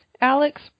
Alex